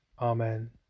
Amen